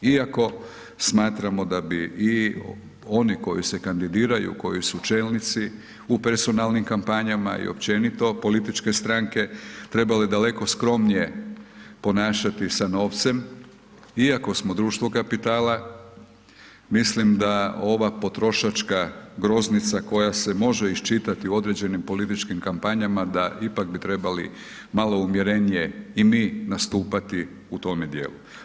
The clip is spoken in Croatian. Iako smatramo da bi i oni koji se kandidiraju koji su čelnici u personalnim kampanjama i općenito političke stranke trebale daleko skromnije ponašati sa novcem, iako smo društvo kapitala mislim da ova potrošačka groznica koja se može iščitati u određenim političkim kampanjama da ipak bi trebali malo umjerenije i mi nastupati u tome dijelu.